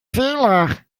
fehler